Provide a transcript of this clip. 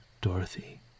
Dorothy